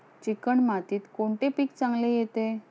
Chicken मातीत कोणते पीक चांगले येते?